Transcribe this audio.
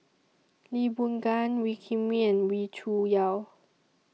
Lee Boon Ngan Wee Kim Wee and Wee Cho Yaw